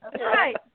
right